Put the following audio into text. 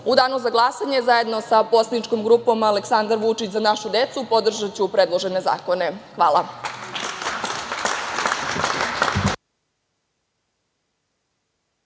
danu za glasanje, zajedno sa poslaničkom grupom Aleksandar Vučić – Za našu decu, podržaću predložene zakone. Hvala.